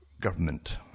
government